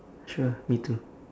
sure me too